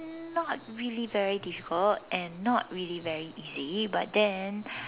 not really very difficult and not really very easy but then